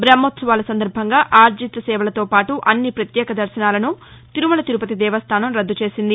బ్రహ్మాత్సవాల సందర్భంగా ఆర్జిత సేవలతోపాటు అన్ని పత్యేక దర్శనాలను తిరుమల తిరుపతి దేవస్థానం రద్దుచేసింది